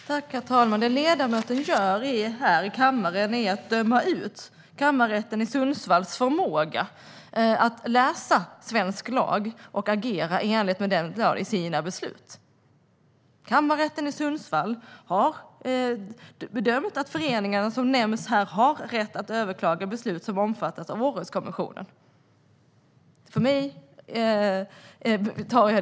Herr talman! Det som ledamoten gör här i kammaren är att döma ut förmågan hos Kammarrätten i Sundsvall att läsa svensk lag och agera i enlighet med den i sina beslut. Kammarrätten i Sundsvall har bedömt att de föreningar som nämns här har rätt att överklaga beslut som omfattas av Århuskonventionen.